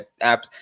app